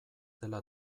dela